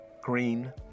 Green